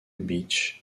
beach